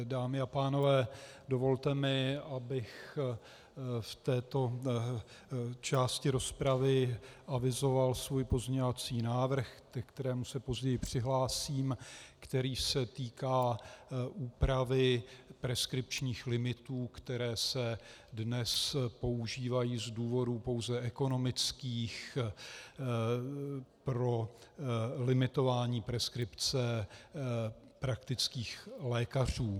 Dámy a pánové, dovolte mi, abych v této části rozpravy avizoval svůj pozměňovací návrh, ke kterému se později přihlásím, který se týká úpravy preskripčních limitů, které se dnes používají z důvodů pouze ekonomických pro limitování preskripce praktických lékařů.